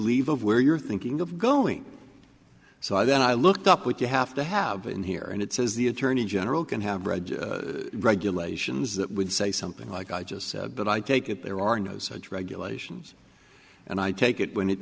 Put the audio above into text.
leave of where you're thinking of going so i then i looked up what you have to have in here and it says the attorney general can have read regulations that would say something like i just said but i take it there are no such regulations and i take it when it